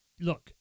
look